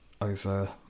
over